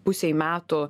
pusei metų